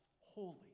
holy